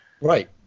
Right